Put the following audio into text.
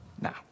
Now